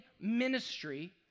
ministry